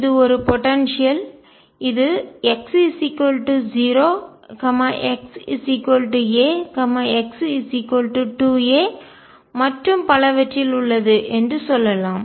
இது ஒரு போடன்சியல் ஆற்றல் இது x0 xa x2a மற்றும் பலவற்றில் உள்ளது என்று சொல்லலாம்